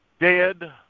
dead